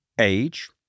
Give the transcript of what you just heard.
age